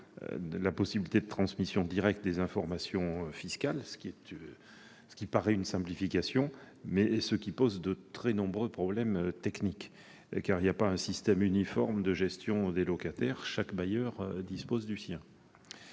possible la transmission directe des informations fiscales. Cela paraît une simplification, mais pose de très nombreux problèmes techniques. En effet, il n'existe pas de système uniforme de gestion des locataires : chaque bailleur dispose du sien